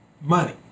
money